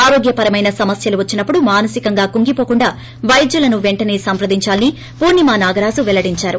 ఆరోగ్యపరమైన సమస్యలు వచ్చినప్పుడు మానసికంగా కుంగివోకుండా వైద్యులను పెంటనే సంప్రదించాలని పూర్ణిమా నాగరాజు పెల్లడిందారు